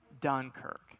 Dunkirk